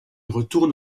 retourne